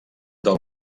del